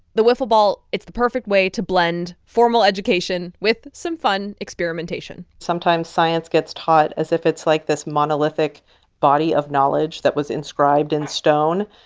the wiffle ball, it's the perfect way to blend formal education with some fun experimentation sometimes science gets taught as if it's like this monolithic body of knowledge that was inscribed in stone.